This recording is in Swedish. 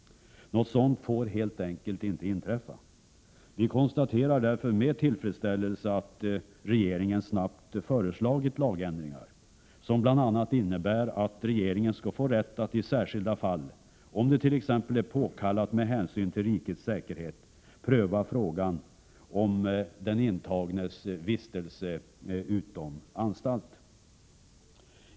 Något sådant får helt enkelt inte inträffa. Vi konstaterar därför med tillfredsställelse att regeringen snabbt har föreslagit lagändringar, som bl.a. innebär att regeringen skall få rätt att i 75 särskilda fall — om det t.ex. är påkallat, med hänsyn till rikets säkerhet — pröva frågan om den intagnes vistelse utom anstalt.